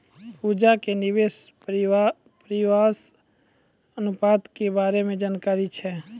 पूजा के निवेश परिव्यास अनुपात के बारे मे जानकारी छै